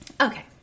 Okay